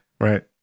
Right